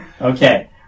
Okay